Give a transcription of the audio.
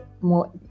more